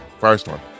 Firestorm